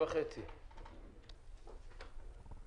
(הישיבה נפסקה בשעה 10:13 ונתחדשה בשעה 10:26.)